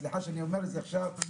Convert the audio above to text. סליחה שאני אומר את זה עכשיו,